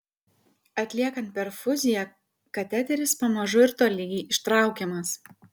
atliekant perfuziją kateteris pamažu ir tolygiai ištraukiamas